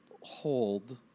hold